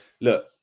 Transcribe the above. look